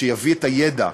שיביא את הידע,